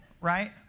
Right